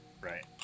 Right